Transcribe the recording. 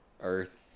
Earth